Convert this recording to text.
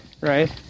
right